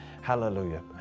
hallelujah